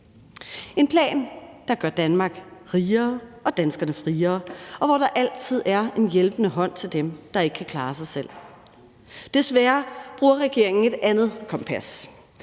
en plan, der gør Danmark rigere og danskerne friere, og hvor der altid er en hjælpende hånd til dem, der ikke kan klare sig selv. Desværre bruger regeringen et andet kompas.